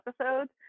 episodes